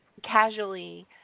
casually